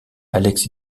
alex